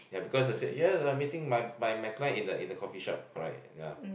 ya because they say yes I'm meeting my my my client in the in the coffee shop correct yeah